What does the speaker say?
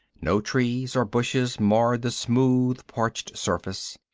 no trees or bushes marred the smooth, parched surface.